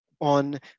on